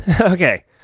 okay